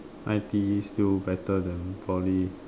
I_T_E still better than Poly